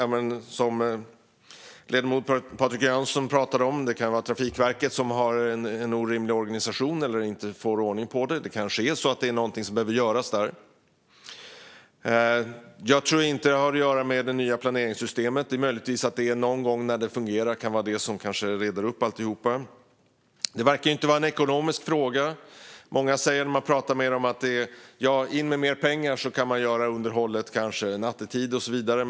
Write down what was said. Ledamoten Patrik Jönsson pratade om att det kan vara Trafikverket som har en orimlig organisation och inte får ordning på det. Det är kanske någonting som behöver göras där. Jag tror inte att det har att göra med det nya planeringssystemet. När det någon gång fungerar kanske det kan vara detta som reder upp allting. Det verkar inte heller vara en ekonomisk fråga. Många säger att om det tillförs mer pengar kan man kanske göra underhållet nattetid och så vidare.